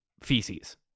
feces